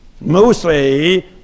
mostly